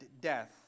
death